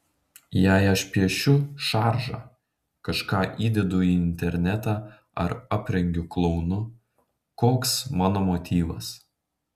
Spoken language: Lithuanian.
jei aš piešiu šaržą kažką įdedu į internetą ar aprengiu klounu koks mano motyvas